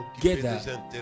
together